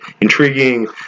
intriguing